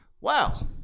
wow